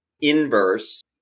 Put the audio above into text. inverse